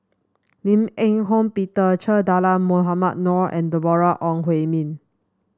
Lim Eng Hock Peter Che Dah Mohamed Noor and Deborah Ong Hui Min